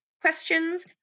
questions